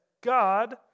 God